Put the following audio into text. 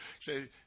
say